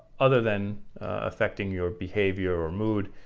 other than affecting your behavior or mood.